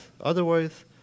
Otherwise